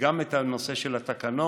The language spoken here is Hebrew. וגם את הנושא של התקנות,